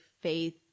faith